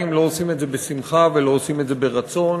לא עושים את זה בשמחה ולא עושים את זה ברצון.